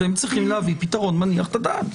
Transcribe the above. אתם צריכים להביא פתרון מניח את הדעת.